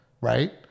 Right